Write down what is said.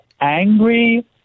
angry